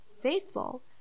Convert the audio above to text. faithful